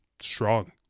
strong